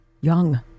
young